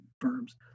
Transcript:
firms